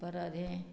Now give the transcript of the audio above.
परदे